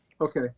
Okay